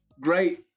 great